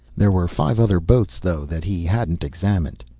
there were five other boats, though, that he hadn't examined.